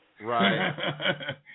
right